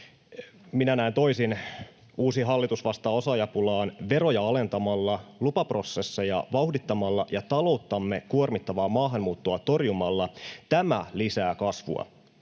Minä näen toisin. Uusi hallitus vastaa osaajapulaan veroja alentamalla, lupaprosesseja vauhdittamalla ja talouttamme kuormittavaa maahanmuuttoa torjumalla. Tämä lisää kasvua.